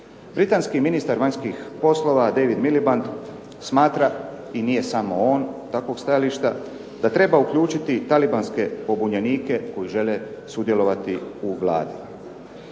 Britanski ministar vanjskih poslova David Miliband, smatra i nije samo on takvog stajališta, da treba uključiti talibanske pobunjenike koji žele sudjelovati u Vladi.